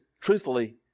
truthfully